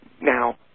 Now